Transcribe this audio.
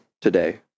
today